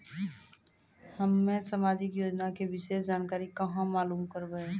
हम्मे समाजिक योजना के विशेष जानकारी कहाँ मालूम करबै?